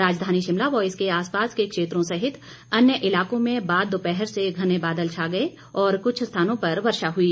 राजधानी शिमला व इसके आसपास के क्षेत्रों सहित अन्य इलाकों में बाद दोपहर से घने बादल छा गए और कुछ स्थानों पर वर्षा हुई